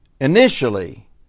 Initially